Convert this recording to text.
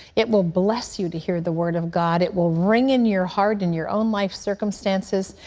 it will bless you to hear the word of god. it will ring in your heart and your own life circumstances,